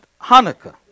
Hanukkah